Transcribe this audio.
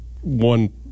one-